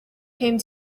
came